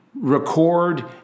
record